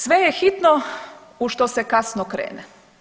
Sve je hitno u što se kasno krene.